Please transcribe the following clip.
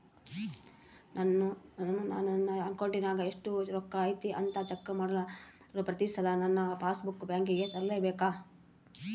ನಾನು ನನ್ನ ಅಕೌಂಟಿನಾಗ ಎಷ್ಟು ರೊಕ್ಕ ಐತಿ ಅಂತಾ ಚೆಕ್ ಮಾಡಲು ಪ್ರತಿ ಸಲ ನನ್ನ ಪಾಸ್ ಬುಕ್ ಬ್ಯಾಂಕಿಗೆ ತರಲೆಬೇಕಾ?